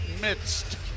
midst